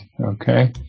Okay